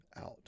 out